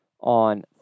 on